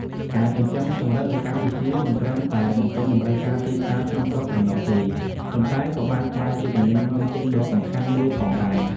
ការចិញ្ចឹមចង្រិតនៅកម្ពុជាមិនត្រឹមតែបំពេញតម្រូវការទីផ្សារក្នុងស្រុកប៉ុណ្ណោះទេ ប៉ុន្តែក៏បានក្លាយជាទំនិញនាំចេញដ៏សំខាន់មួយផងដែរ។